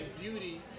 beauty